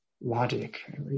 logic